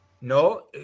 No